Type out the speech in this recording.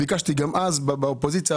ביקשתי גם כשהייתי באופוזיציה,